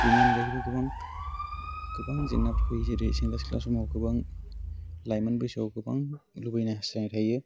बेनि अनगायैबो गोबां गोबां जेंनाफोर फैयो जेरै सेंग्रा सिख्ला समाव गोबां लाइमोन बैसोआव गोबां लुबैनाय हास्थायनाय थायो